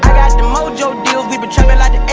the mojo deals, we been trappin' like